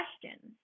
questions